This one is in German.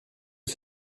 für